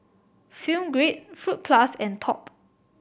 Film Grade Fruit Plus and Top